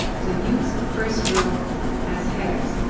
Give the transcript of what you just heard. so use first row as headers.